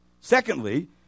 Secondly